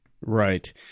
Right